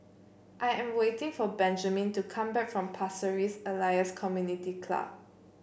I am waiting for Benjamin to come back from Pasir Ris Elias Community Club